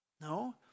No